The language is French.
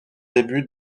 début